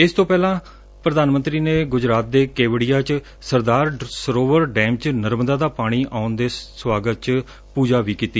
ਇਸ ਤੋਂ ਪ੍ਰਧਾਨ ਮੰਤਰੀ ਨੇ ਗੁਜਰਾਤ ਦੇ ਕੇਟੜੀਆਂ ਚ ਸਰਦਾਰ ਸਰੋਵਰ ਡੈਮ ਚ ਨਰਮਦਾ ਦਾ ਪਾਣੀ ਆਉਣ ਦੇ ਸਵਾਗਤ ਚ ਪੂਜਾ ਵੀ ਕੀਤੀ